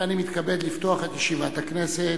ואני מתכבד לפתוח את ישיבת הכנסת.